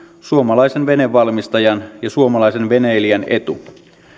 suomalaisen venevalmistajan ja suomalaisen veneilijän etu